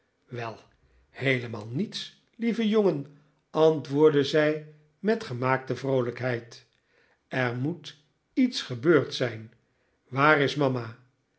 wel heelemaal niets lieve jongen antwoordde zij met gemaakte vroolijkheid er moet iets gebeurd zijn waar is mama